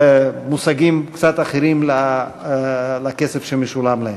מושגים קצת אחרים לכסף שמשולם להם.